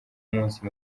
umunsi